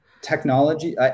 technology